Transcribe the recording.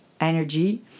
energy